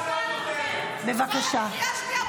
למה אני בקריאה השנייה?